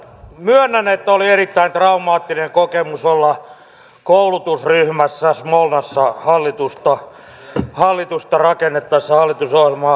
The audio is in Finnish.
myönnän että oli erittäin traumaattinen kokemus olla koulutusryhmässä smolnassa hallitusta rakennettaessa hallitusohjelmaa suunniteltaessa